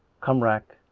come rack!